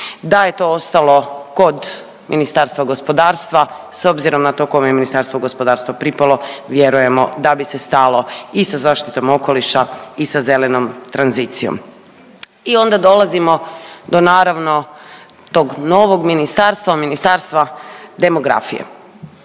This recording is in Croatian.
Da je to ostalo kod Ministarstava gospodarstva s obzirom na to kome je Ministarstvo gospodarstva pripalo vjerujemo da bi se stalo i sa zaštitom okoliša i sa zelenom tranzicijom. I onda dolazimo do naravno tog novog ministarstva, Ministarstva demografije.